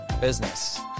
business